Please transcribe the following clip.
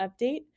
update